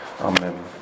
Amen